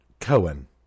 Cohen